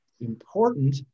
important